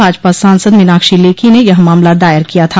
भाजपा सांसद मीनाक्षी लेखी ने यह मामला दायर किया था